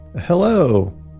Hello